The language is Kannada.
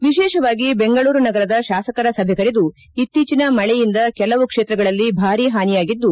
ವಿಶೇಷವಾಗಿ ಬೆಂಗಳೂರು ನಗರದ ಶಾಸಕರ ಸಭೆ ಕರೆದು ಇತ್ತೀಚಿನ ಮಳೆಯಿಂದ ಕೆಲವು ಕ್ಷೇತ್ರಗಳಲ್ಲಿ ಭಾರೀ ಹಾನಿಯಾಗಿದ್ದು